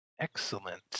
Excellent